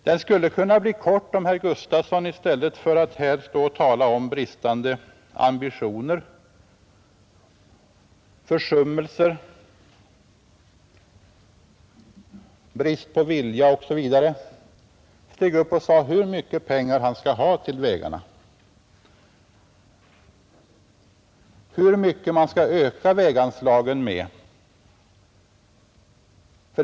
Den skulle bli kort om herr Gustafson i stället för att tala om bristande ambitioner, försummelser, brist på vilja etc. steg upp och sade hur mycket pengar han vill ha till vägarna eller med hur mycket väganslaget borde ökas.